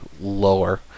lower